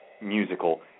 musical